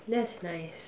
that's nice